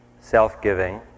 self-giving